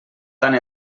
tant